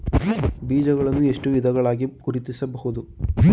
ಬೀಜಗಳನ್ನು ಎಷ್ಟು ವಿಧಗಳಾಗಿ ಗುರುತಿಸಬಹುದು?